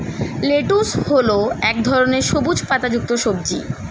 lettuce হল এক ধরনের সবুজ পাতাযুক্ত সবজি